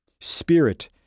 spirit